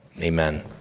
Amen